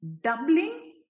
doubling